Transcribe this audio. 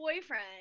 boyfriend